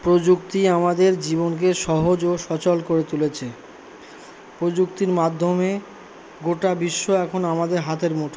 প্রযুক্তি আমাদের জীবনকে সহজ ও সচল করে তুলেছে প্রযুক্তির মাধ্যমে গোটা বিশ্ব এখন আমাদের হাতের মুঠোয়